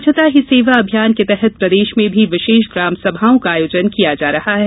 स्वच्छता ही सेंवा अभियान के तहत प्रदेश में भी विशेष ग्रामसभाओं का आयोजन किया जा रहा है